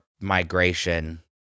migration